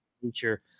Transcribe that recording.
future